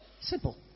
Simple